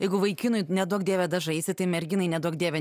jeigu vaikinui neduok dieve dažaisi tai merginai neduok dieve